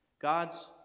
God's